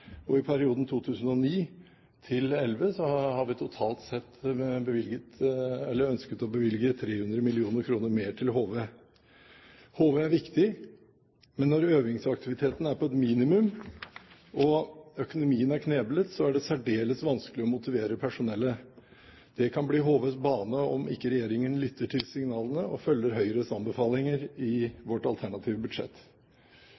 300 mill. kr mer til HV. HV er viktig, men når øvingsaktiviteten er på et minimum, og økonomien er kneblet, er det særdeles vanskelig å motivere personellet. Det kan bli HVs bane om ikke regjeringen lytter til signalene og følger Høyres anbefalinger